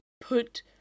put